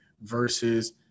versus